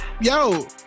Yo